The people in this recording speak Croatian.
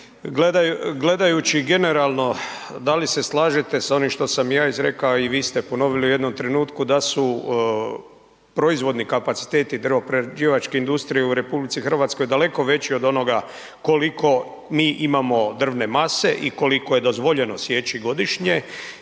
gledajući generalno da li se slažete s onim što sam ja izrekao i vi ste ponovili u jednom trenutku, da su proizvodni kapaciteti drvoprerađivačke industrije u RH daleko veći od onoga koliko mi imamo drvne mase i koliko je dozvoljeno sjeći godišnje